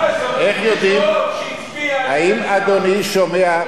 מה לעשות, יש רוב שהצביע לקדימה.